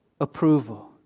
approval